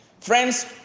Friends